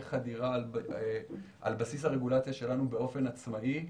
חדירה על בסיס הרגולציה באופן עצמאי,